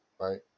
right